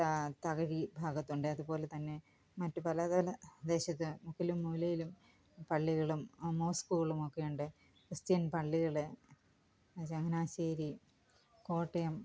തകഴി ഭാഗത്തുണ്ട് അതുപോലെ തന്നെ മറ്റ് പല പല ദേശത്ത് മുക്കിലും മൂലയിലും പള്ളികളും മോസ്കുകളും ഒക്കെയുണ്ട് ക്രിസ്റ്റ്യന് പള്ളികൾ ചങ്ങനാശ്ശേരി കോട്ടയം